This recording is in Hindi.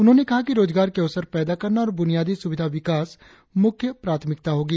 उन्होंने कहा कि रोजगार के अवसर पैदा करना और बुनियादी सुविधा विकास मुख्य प्राथमिकता होगी